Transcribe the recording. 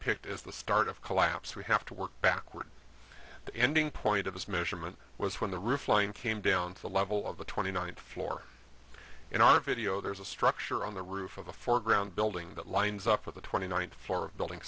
picked as the start of collapse we have to work backward the ending point of his measurement was when the roof line came down to the level of the twenty ninth floor in our video there's a structure on the roof of the foreground building that lines up with the twenty ninth floor of building